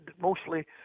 mostly